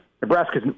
Nebraska